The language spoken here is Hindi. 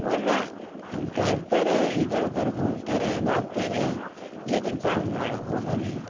वरना हम टहलते रहें इधर उधर घूमते रहें भागते रहें लेकिन काम हमारा होगा नहीं